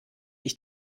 ich